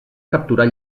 capturar